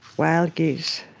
wild geese